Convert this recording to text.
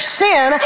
sin